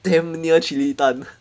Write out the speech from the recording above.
damn near chin lee tan